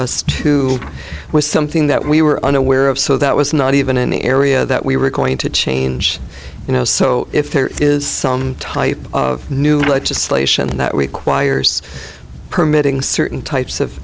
us to was something that we were unaware of so that was not even an area that we were going to change you know so if there is some type of new legislation that requires permitting certain types of